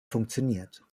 funktioniert